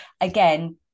again